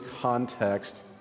context